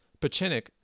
Pachinik